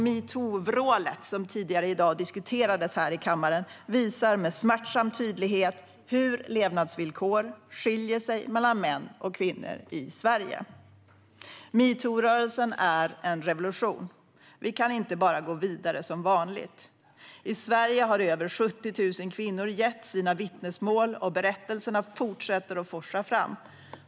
Metoo-vrålet, som tidigare i dag diskuterades här i kammaren, visar med smärtsam tydlighet hur levnadsvillkor skiljer sig åt för män och kvinnor i Sverige. Metoo-rörelsen är en revolution. Vi kan inte bara gå vidare som vanligt. I Sverige har över 70 000 kvinnor gett sina vittnesmål, och berättelserna fortsätter att forsa fram.